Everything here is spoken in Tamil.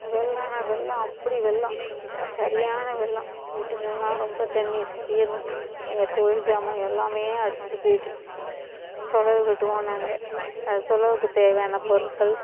வெள்ளம்னால் வெள்ளம் அப்படி வெள்ளம் சரியான வெள்ளம் வீட்டுகளெலாம் ரொம்ப தண்ணி திடீரெனு எங்கள் தொழில் ஜாமான் எல்லாமே அடிச்சுட்டு போய்விட்டு சொலவு கட்டுவோம் நாங்கள் அது சொலவுக்கு தேவையான பொருட்கள்